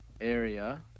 area